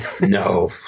No